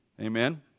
Amen